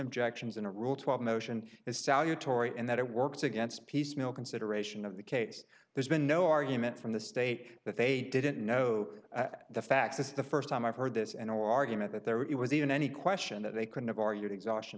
objections in a rule twelve motion is tahlia tory and that it works against piecemeal consideration of the case there's been no argument from the state that they didn't know the facts this is the first time i've heard this an argument that there was even any question that they couldn't have argued exhaustion